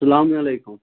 السَلامُ علیکُم